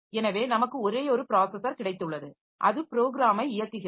எனவே நமக்கு ஒரேயொரு ப்ராஸஸர் கிடைத்துள்ளது அது ப்ரோக்ராமை இயக்குகிறது